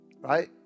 Right